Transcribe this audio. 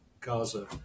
gaza